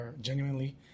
genuinely